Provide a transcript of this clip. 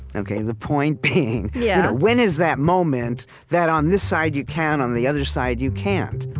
and ok, the point being, yeah when is that moment that on this side you can, on the other side, you can't?